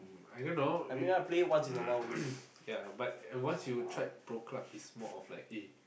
I don't know you ya but once you tried Pro Club is more of like eh